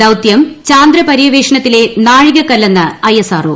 ദൌത്യം ചാന്ദ്ര പര്യവേഷണത്തിലെ നാഴികക്കല്ലെന്ന് ഐഎസ്ആർഒ